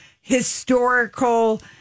historical